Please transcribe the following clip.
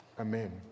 amen